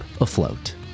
afloat